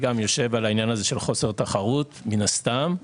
זה גם יושב על העניין של חוסר תחרות, מן הסתם.